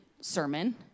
sermon